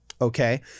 Okay